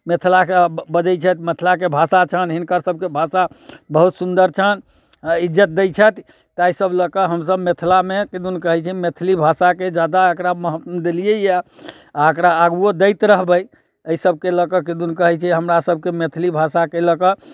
मिथिलाके बजैत छथि मिथिलाके भाषा छनि हिनकर सबकेँ भाषा बहुत सुन्दर छनि आ इज्जत दइ छथि ताहि सब लऽ कऽ हमसब मिथिलामे किदुन कहैत छै मैथिली भाषाकेँ जादा एकरा महत्व देलियैया आ अकरा आगुओ दैत रहबै एहि सबके लऽ कऽ किदुन कहैत छै हमरा सबकेँ मैथिली भाषाके लऽ कऽ